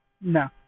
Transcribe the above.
No